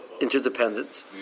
interdependent